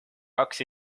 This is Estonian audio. kaks